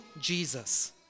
Jesus